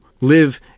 live